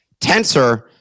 Tensor